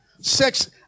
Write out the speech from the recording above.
sex